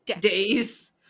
days